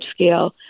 scale